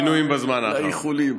שינויים בזמן האחרון.